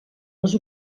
les